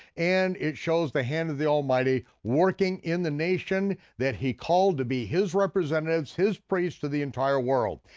and it shows the hand of the almighty working in the nation that he called to be his representatives, his priests, to the entire world.